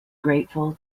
grateful